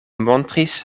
montris